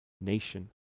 nation